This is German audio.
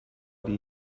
die